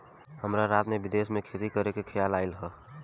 हमरा रात में विदेश में खेती करे के खेआल आइल ह